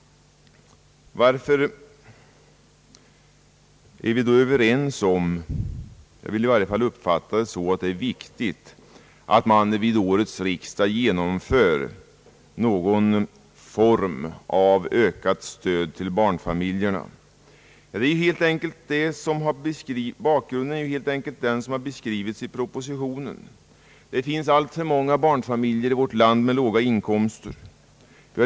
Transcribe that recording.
Varför är vi då överens om — jag vill i varje fall uppfatta det så att det är viktigt att man vid årets riksdag genomför någon form av ökat stöd till barnfamiljerna? Bakgrunden är helt enkelt den som har beskrivits i propositionen. Det finns alltför många barnfamiljer i vårt land med låga inkomster.